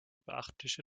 beachtliche